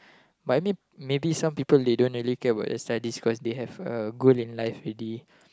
but I mean maybe some people they don't really care about their studies because they have a goal in life already